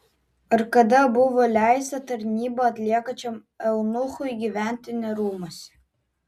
ar kada buvo leista tarnybą atliekančiam eunuchui gyventi ne rūmuose